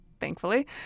thankfully